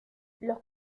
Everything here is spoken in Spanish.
los